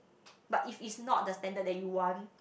but if it's not the standard that you want